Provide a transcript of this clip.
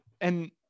and-